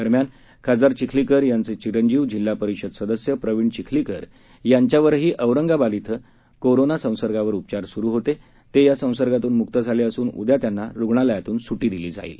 दरम्यान खासदार चिखलीकर यांचे चिरंजीव जिल्हा परिषद सदस्य प्रवीण चिखलीकर यांच्यावरही औरंगाबाद िके कोरोना विषाणू संसर्गावर उपचार सुरू होते ते या संसर्गातून मुक्त झाले असून उद्या त्यांना रुग्णालयातून सुटी देण्यात येणार आहे